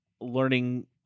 learning